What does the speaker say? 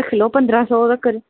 रखी लाओ पंद्राह् सौ तकर